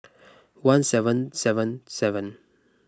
one seven seven seven